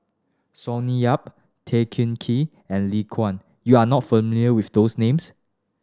Sonny Yap Tan Kah Kee and Lee Kang you are not familiar with those names